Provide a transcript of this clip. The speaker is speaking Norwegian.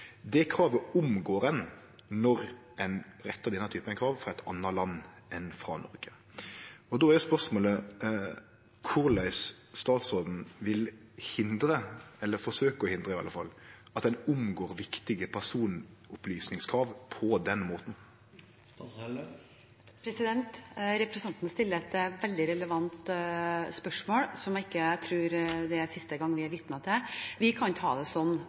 Det kravet omgår ein når ein rettar denne typen krav frå eit anna land enn Noreg. Då er spørsmålet: Korleis vil statsråden hindre – eller forsøkje å hindre, i alle fall – at ein omgår viktige personopplysningskrav på den måten? Representanten Rotevatn stiller et veldig relevant spørsmål, som jeg ikke tror det er siste gang vi er vitne til. Vi kan ikke ha det